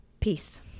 Peace